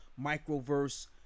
microverse